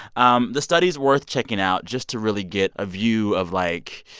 um the study's worth checking out just to really get a view of, like,